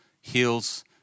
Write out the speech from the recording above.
heals